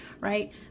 right